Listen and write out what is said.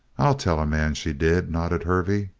i'll tell a man she did! nodded hervey.